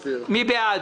בעד,